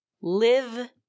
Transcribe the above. live